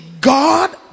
God